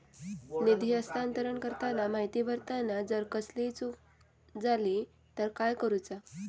निधी हस्तांतरण करताना माहिती भरताना जर कसलीय चूक जाली तर काय करूचा?